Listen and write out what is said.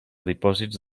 dipòsits